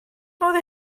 modd